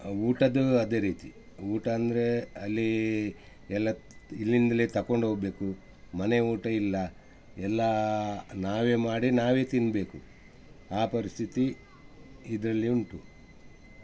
ಊಟದ್ದೂ ಅದೇ ರೀತಿ ಊಟ ಅಂದ್ರೆ ಅಲ್ಲಿ ಎಲ್ಲ ಇಲ್ಲಿಂದಲೇ ತಕೊಂಡು ಹೋಗ್ಬೇಕು ಮನೆ ಊಟ ಇಲ್ಲ ಎಲ್ಲ ನಾವೇ ಮಾಡಿ ನಾವೇ ತಿನ್ನಬೇಕು ಆ ಪರಿಸ್ಥಿತಿ ಇದ್ರಲ್ಲಿ ಉಂಟು